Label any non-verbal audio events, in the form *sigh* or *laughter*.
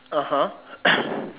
(uh huh) *coughs*